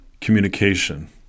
communication